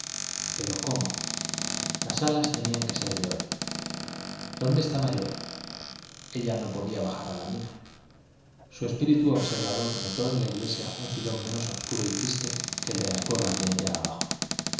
pero cómo las alas tenían que ser de oro dónde estaba el oro ella no podía bajar a la mina su espíritu observador notó en la iglesia un filón menos obscuro y triste que el de las cuevas de allá abajo